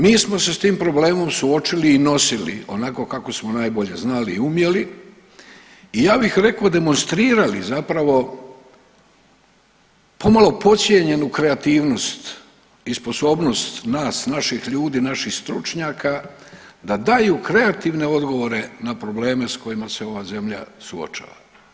Mi smo se s tim problemom suočili i nosili onako kako smo najbolje znali i umjeli i ja bih rekao demonstrirali zapravo pomalo podcijenjenu kreativnost i sposobnost nas, naših ljudi, naših stručnjaka da daju kreativne odgovore na probleme s kojima se ova zemlja suočava.